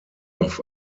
auf